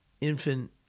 infant